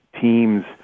teams